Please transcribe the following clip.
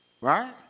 right